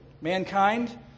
Mankind